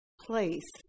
place